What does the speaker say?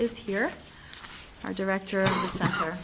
is here our director or